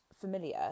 familiar